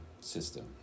system